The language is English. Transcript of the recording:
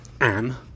Anne